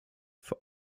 vor